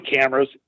cameras